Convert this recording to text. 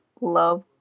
love